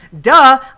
duh